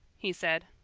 he said,